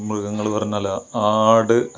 മൃഗങ്ങൾ പറഞ്ഞാൽ ആട്